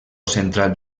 central